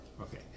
Okay